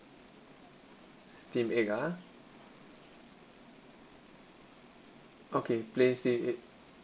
steam egg ah okay place it